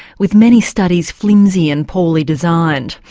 with many studies flimsy and poorly designed.